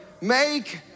make